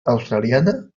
australiana